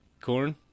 Corn